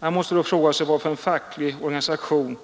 Man måste då fråga sig varför en facklig organisation